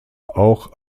auch